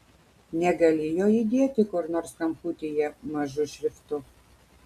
negali jo įdėti kur nors kamputyje mažu šriftu